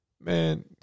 man